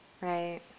right